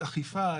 אכיפה,